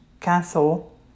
cancel